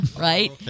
Right